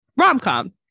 rom-com